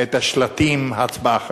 הרימו את השלטים "הצבעה חשאית"